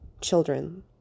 children